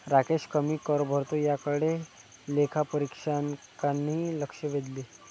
राकेश कमी कर भरतो याकडे लेखापरीक्षकांनी लक्ष वेधले